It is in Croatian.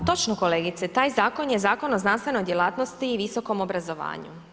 A točno kolegice, taj zakon je Zakon o znanstvenoj djelatnosti i visokom obrazovanju.